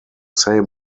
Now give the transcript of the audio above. same